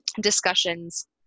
discussions